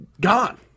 gone